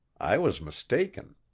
i was mistaken.